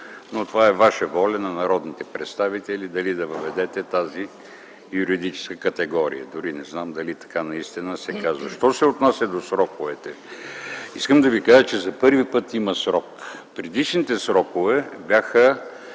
но това е ваша воля – на народните представители, дали да въведете тази юридическа категория. Дори не знам дали така наистина се казва. Що се отнася до сроковете, искам да ви кажа, че за първи път има срок. Предишните срокове бяха